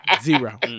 Zero